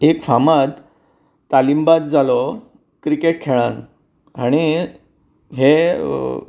एक फामाद तालिम बाज जालो क्रिकेट खेळान हाणें हे